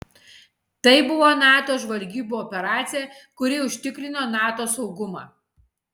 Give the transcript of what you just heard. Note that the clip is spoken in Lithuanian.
tai buvo nato žvalgybų operacija kuri užtikrino nato saugumą